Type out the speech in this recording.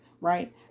Right